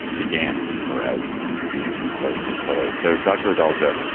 began her as it seemed to be starting to accelerate. so dr. adalgisa,